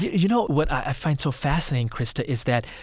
you know what i find so fascinating, krista, is that,